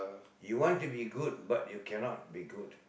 you want to be good but you cannot be good